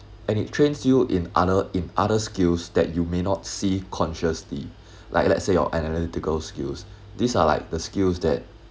and it trains you in other in other skills that you may not see consciously like let's say your analytical skills these are like the skills that